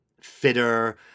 fitter